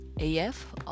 AF